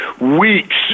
weeks